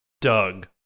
Doug